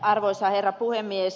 arvoisa herra puhemies